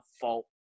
fault